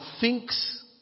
thinks